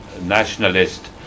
nationalist